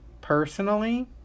Personally